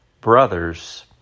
Brothers